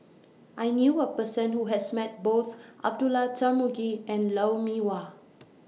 I knew A Person Who has Met Both Abdullah Tarmugi and Lou Mee Wah